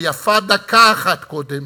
ויפה דקה אחת קודם,